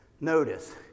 notice